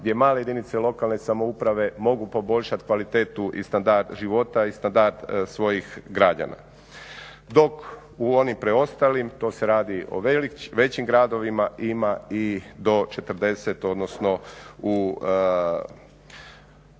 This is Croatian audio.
gdje male jedinice lokalne samouprave mogu poboljšati kvalitetu i standard života i standard svojih građana. Dok u onim preostalim to se radi o većim gradovima ima i do 40, odnosno u